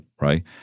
right